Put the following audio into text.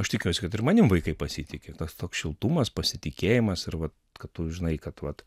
aš tikiuosi kad ir manim vaikai pasitiki tas toks šiltumas pasitikėjimas ir vat kad tu žinai kad vat